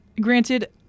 Granted